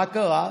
מה קרה?